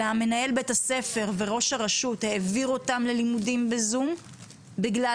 אלא מנהל בית הספר וראש הרשות העביר אותם ללימודים בזום בגלל